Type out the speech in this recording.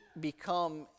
become